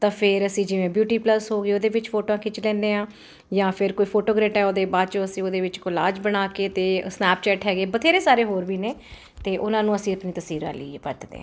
ਤਾਂ ਫੇਰ ਅਸੀਂ ਜਿਵੇਂ ਬਿਊਟੀ ਪਲਸ ਹੋ ਗਈ ਉਹਦੇ ਵਿੱਚ ਫੋਟੋ ਖਿੱਚ ਲੈਂਦੇ ਹਾਂ ਜਾਂ ਫਿਰ ਕੋਈ ਫੋਟੋਗ੍ਰੈਟ ਆ ਉਹਦੇ ਬਾਅਦ 'ਚੋਂ ਅਸੀਂ ਉਹਦੇ ਵਿੱਚ ਕੋਲਾਜ ਬਣਾ ਕੇ ਅਤੇ ਸਨੈਪਚੈਟ ਹੈਗੇ ਬਥੇਰੇ ਸਾਰੇ ਹੋਰ ਵੀ ਨੇ ਅਤੇ ਉਹਨਾਂ ਨੂੰ ਅਸੀਂ ਤਸਵੀਰਾਂ ਲਈ ਵਰਤਦੇ ਹਾਂ